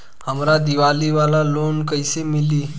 हमरा दीवाली वाला लोन कईसे मिली?